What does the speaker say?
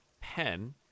Pen